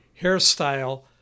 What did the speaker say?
hairstyle